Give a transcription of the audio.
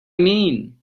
mean